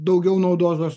daugiau naudos duos